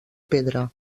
pedra